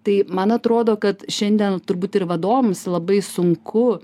tai man atrodo kad šiandien turbūt ir vadovams labai sunku